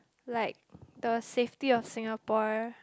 like the safety of Singapore